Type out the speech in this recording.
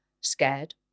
scared